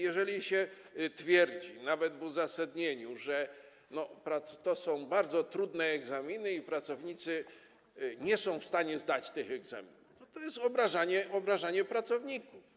Jeżeli się twierdzi, nawet w uzasadnieniu, że to są bardzo trudne egzaminy i pracownicy nie są w stanie zdać tych egzaminów, to jest to obrażanie pracowników.